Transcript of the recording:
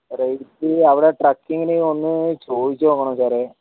rate അവിടെ ട്രക്കിങ്ങിന് ഒന്ന് ചോദിച്ച് നോക്കണം സാറെ